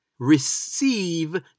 receive